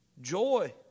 Joy